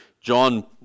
John